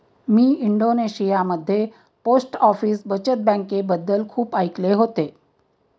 मी इंडोनेशियामध्ये post office बचत बँकेबद्दल खूप ऐकले होते